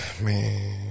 Man